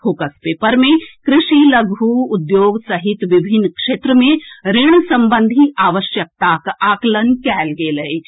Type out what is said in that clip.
focus paper मे कृषि लघु उद्योग सहित विभिन्न क्षेत्र मे ऋण संबंधी आवश्यकताक आकलन कएल गेल अछि